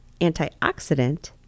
antioxidant